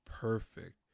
perfect